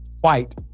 White